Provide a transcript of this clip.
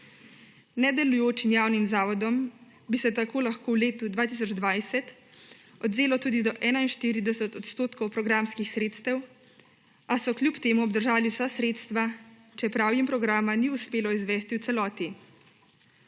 Nedelujočim javnim zavodom bi se tako lahko v letu 2020 odvzelo tudi do 41 % programskih sredstev, a so kljub temu obdržali vsa sredstva, čeprav jim programa ni uspelo izvesti v celoti.